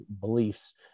beliefs